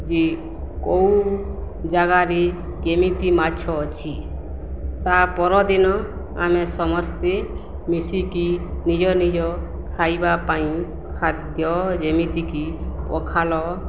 ଯେ କେଉଁ ଜାଗାରେ କେମିତି ମାଛ ଅଛି ତା' ପରଦିନ ଆମେ ସମସ୍ତେ ମିଶିକି ନିଜ ନିଜ ଖାଇବା ପାଇଁ ଖାଦ୍ୟ ଯେମିତିକି ପଖାଳ